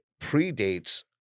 predates